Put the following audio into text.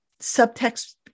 subtext